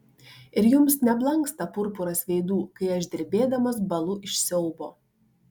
ir jums neblanksta purpuras veidų kai aš drebėdamas bąlu iš siaubo